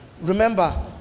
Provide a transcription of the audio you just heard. Remember